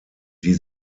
die